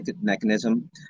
mechanism